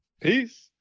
Peace